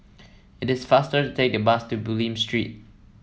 it is faster to take the bus to Bulim Street